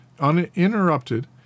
uninterrupted